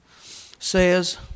says